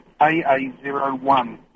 AA01